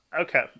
Okay